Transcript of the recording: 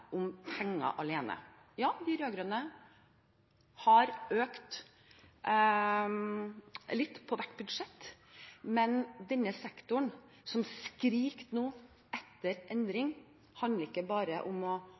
om penger alene. Ja, de rød-grønne har økt litt på hvert budsjett, men for denne sektoren, som nå skriker etter endring, handler det ikke bare om å